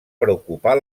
preocupar